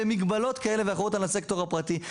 ומגבלות כאלה ואחרות על הסקטור הפרטי.